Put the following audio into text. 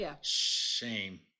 shame